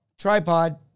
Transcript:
tripod